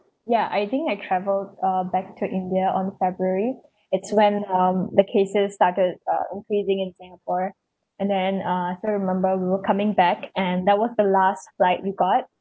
ya I think I travelled uh back to india on february it's when um the cases started uh increasing in singapore and then uh still remember we were coming back and that was the last flight we got